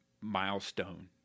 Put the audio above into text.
milestone